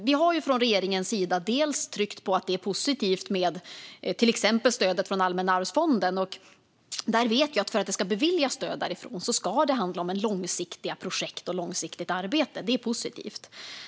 Vi har från regeringens sida tryckt på att det är positivt med till exempel stödet från Allmänna arvsfonden. Vi vet att för att det ska beviljas stöd därifrån ska det handla om långsiktiga projekt och långsiktigt arbete. Det är positivt.